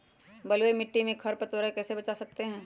बलुई मिट्टी को खर पतवार से कैसे बच्चा सकते हैँ?